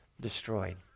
destroyed